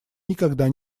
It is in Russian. никогда